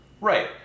Right